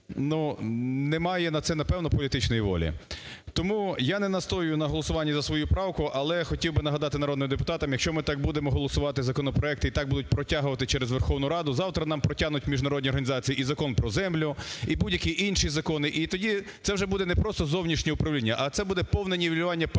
немає на це, напевно, політичної волі. Тому я не настоюю на голосуванні за свою правку. Але я хотів би нагадати народним депутатам, якщо ми так будемо голосувати законопроекти і так будуть протягувати через Верховну Раду, завтра нам протягнуть міжнародні організації і Закон про землю, і будь-які інші закони і тоді це вже буде не просто зовнішнє управління, а це буде повне нівелювання парламенту.